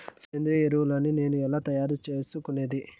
సేంద్రియ ఎరువులని నేను ఎలా తయారు చేసుకునేది?